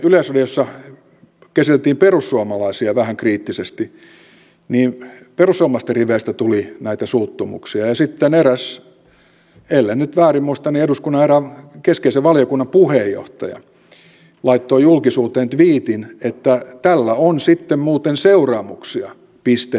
kun yleisradiossa käsiteltiin perussuomalaisia vähän kriittisesti perussuomalaisten riveistä tuli näitä suuttumuksia ja sitten eräs ellen nyt väärin muista eduskunnan erään keskeisen valiokunnan puheenjohtaja laittoi julkisuuteen tviitin että tällä on sitten muuten seuraamuksia piste piste piste